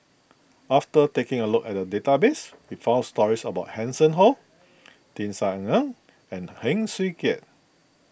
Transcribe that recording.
after taking a look at the database we found stories about Hanson Ho Tisa Ng and Heng Swee Keat